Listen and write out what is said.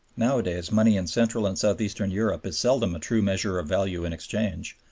nowadays money in central and south-eastern europe is seldom a true measure of value in exchange,